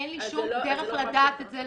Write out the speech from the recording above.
אין לי שום דרך לדעת את זה,